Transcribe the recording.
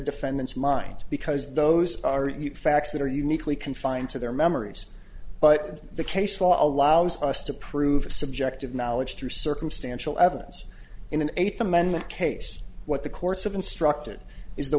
defendant's mind because those are facts that are uniquely confined to their memories by the case law allows us to prove subjective knowledge through circumstantial evidence in an eighth amendment case what the courts have instructed is the